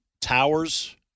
towers